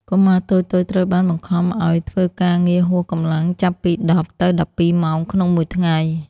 កុមារតូចៗត្រូវបានបង្ខំឱ្យធ្វើការងារហួសកម្លាំងចាប់ពី ១០ ទៅ ១២ ម៉ោងក្នុងមួយថ្ងៃ។